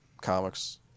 comics